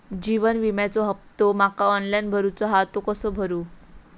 जीवन विम्याचो हफ्तो माका ऑनलाइन भरूचो हा तो कसो भरू?